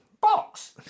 Box